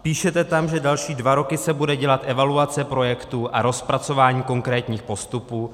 Píšete tam, že další dva roky se bude dělat evaluace projektů a rozpracování konkrétních postupů.